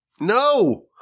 No